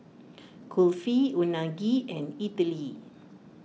Kulfi Unagi and Idili